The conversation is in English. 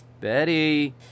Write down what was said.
Betty